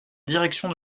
direction